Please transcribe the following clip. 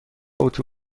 اتو